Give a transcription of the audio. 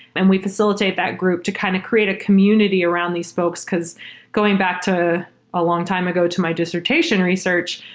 and we facilitate that group to kind of create a community around these folks, because going back to a long time ago to my dissertation research,